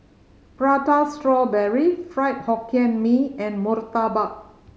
Prata Strawberry Fried Hokkien Mee and murtabak